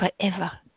forever